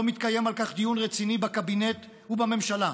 לא מתקיים על כך דיון רציני בקבינט ובממשלה.